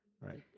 right